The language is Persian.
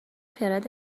خرد